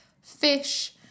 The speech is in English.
fish